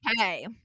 Okay